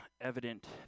evident